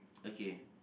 okay